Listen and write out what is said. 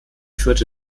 führte